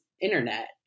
internet